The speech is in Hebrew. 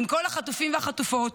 עם כל החטופים והחטופות,